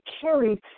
carried